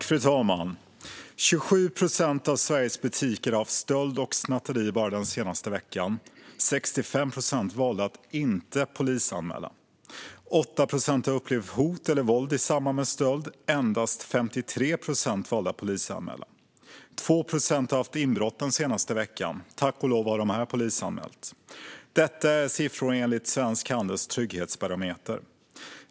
Fru talman! 27 procent av Sveriges butiker har haft stölder och snatterier bara den senaste veckan. 65 procent av dem valde att inte polisanmäla. 8 procent har upplevt hot eller våld i samband med stöld. Endast 53 procent av dem valde att polisanmäla. 2 procent har haft inbrott den senaste veckan. Tack och lov har dessa polisanmälts. Detta är siffror enligt Svensk Handels trygghetsbarometer.